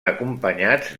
acompanyats